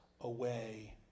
away